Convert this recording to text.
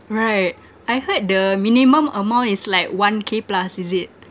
right I heard the minimum amount is like one k plus is it